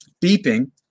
Beeping